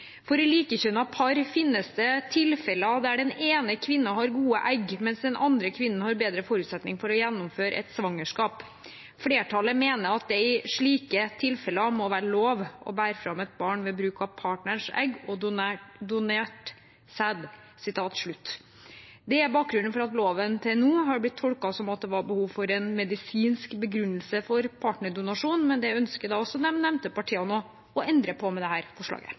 par finnes det tilfeller der den ene kvinnen har gode egg, mens den andre kvinnen har bedre forutsetninger for å gjennomføre et svangerskap. Flertallet mener at det i slike tilfeller må være lov å bære fram et barn ved bruk av partnerens egg og donert sæd.» Det er bakgrunnen for at loven til nå har blitt tolket som at det var behov for en medisinsk begrunnelse for partnerdonasjon, men det ønsker de nevnte partiene å endre på med dette forslaget. Nå har det